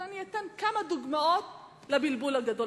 אבל אני אתן כמה דוגמאות לבלבול הגדול.